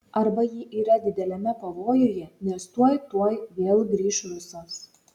arba ji yra dideliame pavojuje nes tuoj tuoj vėl grįš rusas